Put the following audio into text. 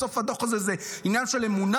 בסוף הדו"ח הזה הוא עניין של אמונה.